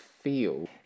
feel